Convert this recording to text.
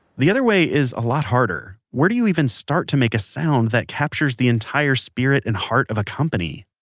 the other way is a lot harder. where do you even start to make a sound that captures the entire spirit and heart of a company